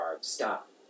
stop